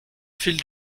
fil